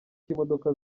cy’imodoka